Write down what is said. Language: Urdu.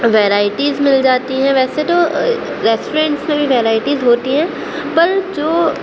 ویرائیٹیز مل جاتی ہیں ویسے تو ریسٹورینٹ میں بھی ویرائیٹیز ہوتی ہیں پر جو